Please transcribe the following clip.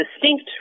distinct